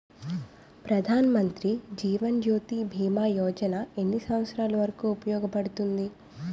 ప్రధాన్ మంత్రి జీవన్ జ్యోతి భీమా యోజన ఎన్ని సంవత్సారాలు వరకు ఉపయోగపడుతుంది?